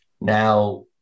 now